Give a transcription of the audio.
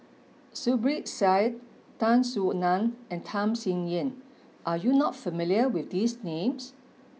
Zubir Said Tan Soo Nan and Tham Sien Yen are you not familiar with these names